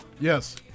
Yes